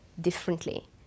differently